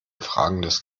fragendes